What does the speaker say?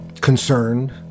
concerned